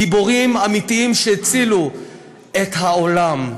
גיבורים אמיתיים שהצילו את העולם.